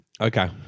Okay